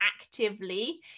actively